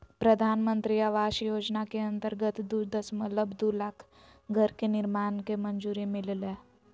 प्रधानमंत्री आवास योजना के अंतर्गत दू दशमलब दू लाख घर के निर्माण के मंजूरी मिललय